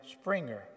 Springer